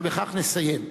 אבל בכך נסיים.